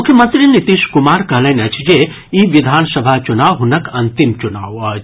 मुख्यमंत्री नीतीश कुमार कहलनि अछि जे ई विधानसभा चुनाव हुनक अंतिम चुनाव अछि